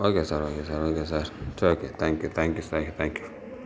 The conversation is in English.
okay sir okay sir okay sir its okay thank you thank you thank you thank you